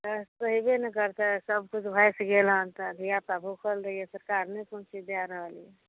कष्ट होइबे ने करतै सभ किछु भसि गेल हँ तऽ धिया पुता भुखल रहैया सरकार नहि कोनो चीज दय रहलै हँ